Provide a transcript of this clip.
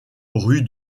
rue